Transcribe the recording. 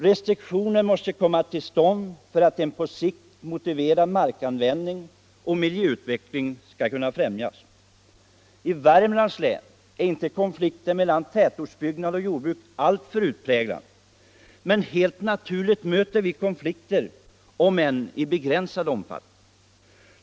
Restriktioner måste komma till stånd för att en på sikt motiverad markanvändning och miljöutveckling skall främjas. I Värmlands län är konflikten mellan tätortsutbyggnad och jordbruk inte alltför utpräglad, men helt naturligt möter vi konflikter om än i begränsad omfattning.